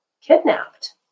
kidnapped